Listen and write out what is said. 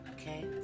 okay